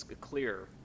clear